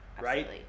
Right